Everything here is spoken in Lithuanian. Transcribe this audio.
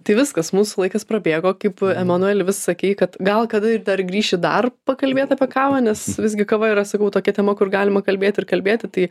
tai viskas mūsų laikas prabėgo kaip emanueli vis sakei kad gal kada ir dar grįši dar pakalbėt apie kavą nes visgi kava yra sakau tokia tema kur galima kalbėti ir kalbėti tai